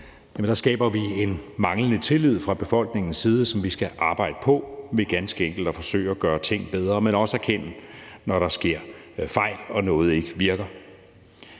sag, skaber vi en manglende tillid fra befolkningens side, som vi skal arbejde med ved ganske enkelt at forsøge at gøre ting bedre, men også erkende, når der sker fejl og noget ikke virker.